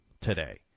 today